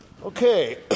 Okay